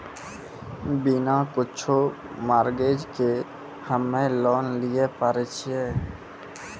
बिना कुछो मॉर्गेज के हम्मय लोन लिये पारे छियै?